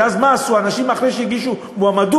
ואז מה עשו אנשים אחרי שהגישו מועמדות,